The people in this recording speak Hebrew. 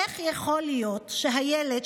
איך יכול להיות שהילד,